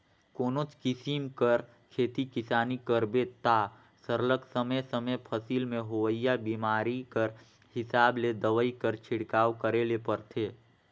कोनोच किसिम कर खेती किसानी करबे ता सरलग समे समे फसिल में होवइया बेमारी कर हिसाब ले दवई कर छिड़काव करे ले परथे